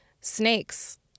snakes